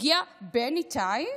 הגיע בן ניתאי?